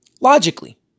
Logically